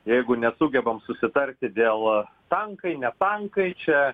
jeigu nesugebam susitarti dėl tankai ne tankai čia